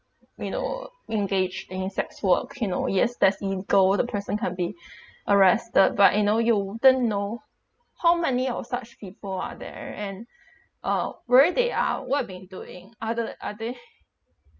you know engaged in sex work you know yes that's illegal the person can be arrested but you know you wouldn't know how many of such people are there and uh where they are what been doing are the are they